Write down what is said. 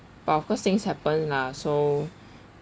but of course things happen lah so